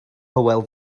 hywel